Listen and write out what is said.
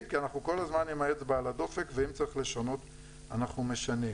כי אנחנו כל הזמן עם האצבע על הדופק ואם צריך לשנות אנחנו משנים.